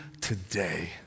today